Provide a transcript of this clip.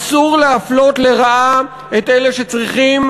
אסור להפלות לרעה את אלה שצריכים